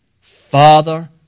Father